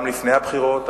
גם לפני הבחירות,